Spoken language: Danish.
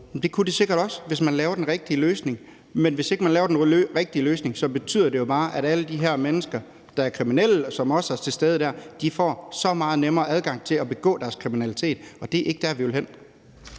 Det kunne man sikkert også, hvis man laver den rigtige løsning. Men hvis ikke man laver den rigtige løsning, betyder det jo bare, at alle de her mennesker, der er kriminelle og også er til stede der, får så meget nemmere adgang til at begå deres kriminalitet. Det er ikke der, vi vil hen.